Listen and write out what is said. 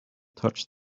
touched